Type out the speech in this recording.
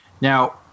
Now